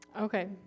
Okay